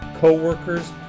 coworkers